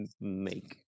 make